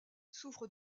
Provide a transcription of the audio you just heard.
souffre